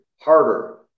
harder